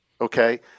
okay